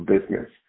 business